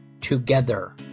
Together